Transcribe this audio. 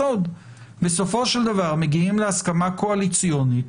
בסופו שלדבר מגיעים להסכמה קואליציונית.